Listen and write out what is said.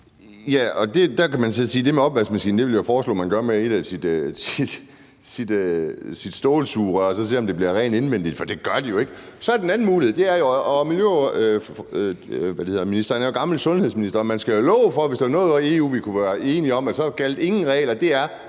Der vil jeg så sige, at det med opvaskemaskinen vil jeg foreslå man gør med et af sine stålsugerør og så se, om det bliver rent indvendigt, for det gør det jo ikke. Så er der den anden mulighed. Miljøordføreren er jo gammel sundhedsminister, og jeg skal jo love for, at hvis der er noget, hvor man i EU ville kunne være enige om der gjaldt ingen af de regler,